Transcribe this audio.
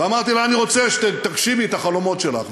ואמרתי לה: אני רוצה שתגשימי את החלומות שלך.